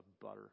butter